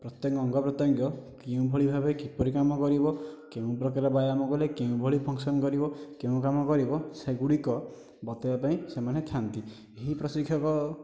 ପ୍ରତ୍ୟେକ ଅଙ୍ଗପ୍ରତ୍ୟଙ୍ଗ କେଉଁଭଳି ଭାବେ କିପରି କାମ କରିବ କେଉଁ ପ୍ରକାରର ବ୍ୟାୟାମ କଲେ କେଉଁଭଳି ଫଙ୍କସନ କରିବ କେଉଁ କାମ କରିବ ସେଗୁଡ଼ିକ ବତାଇବା ପାଇଁ ସେମାନେ ଥାଆନ୍ତି ଏହି ପ୍ରଶିକ୍ଷକ